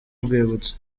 rwibutso